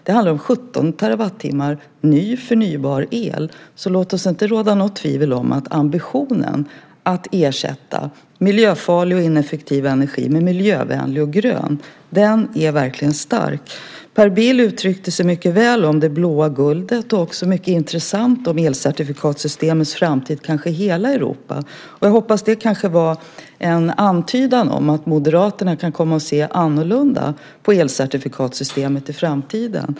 Det handlar om 17 terawattimmar ny förnybar el. Låt det inte råda något tvivel om att ambitionen att ersätta miljöfarlig och ineffektiv energi med miljövänlig och grön energi är stark. Per Bill uttryckte sig väl om det blåa guldet, och det var intressant att höra om elcertifikatsystemets framtid i hela Europa. Jag hoppas att det var en antydan om att Moderaterna kan komma att se annorlunda på elcertifikatsystemet i framtiden.